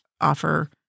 offer